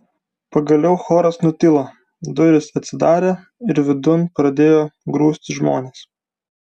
pagaliau choras nutilo durys atsidarė ir vidun pradėjo grūstis žmonės